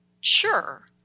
sure